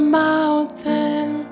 mountain